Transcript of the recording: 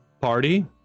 party